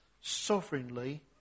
sovereignly